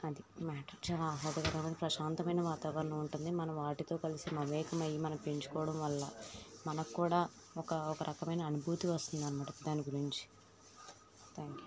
అది మ్యాటర్ చాలా ప్రశాంతమైన వాతావరణం ఉంటుంది మనం వాటితో కలిసి మమేకం అయ్యి మనం పెంచుకోవడం వల్ల మనక్కూడా ఒక ఒకరకమైన అనుభూతి వస్తుంది అనమాట దాన్ని గురించి థ్యాంక్ యూ